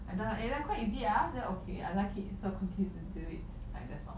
and then like eh like quite easy ah then okay I like it so I continue to do it like that's all